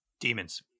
demons